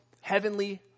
heavenly